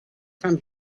from